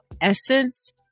Essence